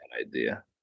Idea